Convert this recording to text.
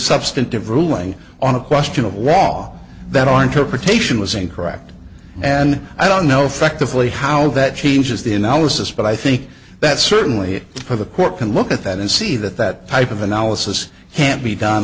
substantive ruling on a question of wall that our interpretation was incorrect and i don't know feck the fully how that changes the analysis but i think that certainly for the court can look at that and see that that type of analysis can't be done